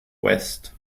west